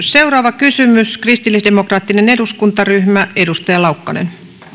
seuraava kysymys kristillisdemokraattinen eduskuntaryhmä edustaja laukkanen